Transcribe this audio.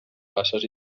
basses